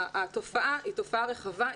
התופעה היא תופעה רחבה.